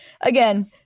again